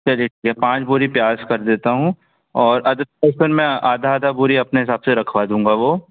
चलिए ठीक है पाँच बोरी प्याज़ कर देता हूँ और अदरक लहसुन मैं आधी आधी बोरी अपने हिसाब से रखवा दूँगा वह